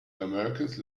americans